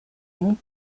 mont